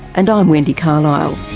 and i'm wendy carlisle